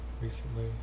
recently